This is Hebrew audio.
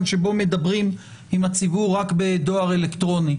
שבו מדברים עם הציבור רק בדואר אלקטרוני.